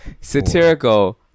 Satirical